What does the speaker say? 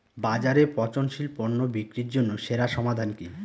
বাজারে পচনশীল পণ্য বিক্রির জন্য সেরা সমাধান কি?